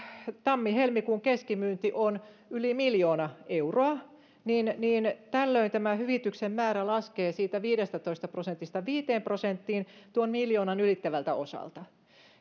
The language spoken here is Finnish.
tammi helmikuun keskimyynti on yli miljoona euroa niin niin tällöin tämä hyvityksen määrä laskee siitä viidestätoista prosentista viiteen prosenttiin tuon miljoonan ylittävältä osalta